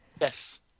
yes